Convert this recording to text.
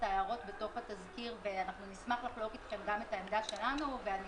ההערות בתוך התזכיר ונשמח לחלוק אתכם גם את העמדה שלנו ואני